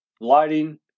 lighting